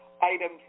items